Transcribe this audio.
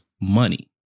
money